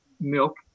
milk